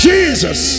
Jesus